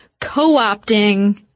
co-opting